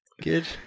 Good